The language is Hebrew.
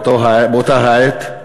באותה העת,